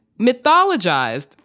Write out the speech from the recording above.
mythologized